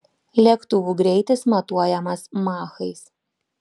lėktuvų greitis matuojamas machais